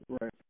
Right